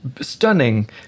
Stunning